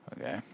Okay